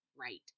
right